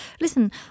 Listen